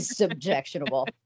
objectionable